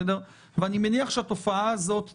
ואני מניח שהתופעה הזאת תימשך,